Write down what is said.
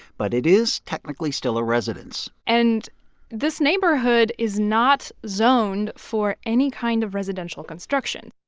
but it is technically still a residence and this neighborhood is not zoned for any kind of residential construction